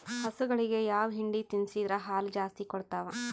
ಹಸುಗಳಿಗೆ ಯಾವ ಹಿಂಡಿ ತಿನ್ಸಿದರ ಹಾಲು ಜಾಸ್ತಿ ಕೊಡತಾವಾ?